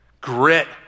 Grit